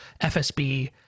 FSB